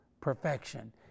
perfection